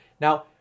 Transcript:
Now